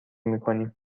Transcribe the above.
میکنیم